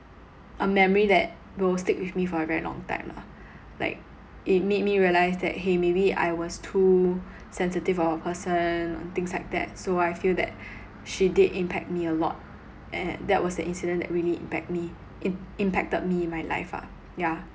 a memory that will stick with me for a very long time lah like it made me realise that !hey! maybe I was too sensitive of a person and things like that so I feel that she did impact me a lot and that was the incident that really impact me im~ impacted me in my life ah yeah